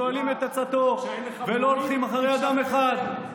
שואלים את עצתו ולא הולכים אחרי אדם אחד.